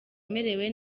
merewe